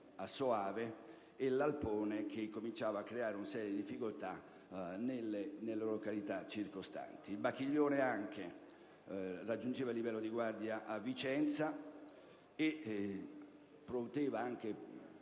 a Soave e l'Alpone che cominciava a creare una serie di difficoltà nelle località circostanti. Anche il Bacchiglione raggiungeva il livello di guardia a Vicenza e si poteva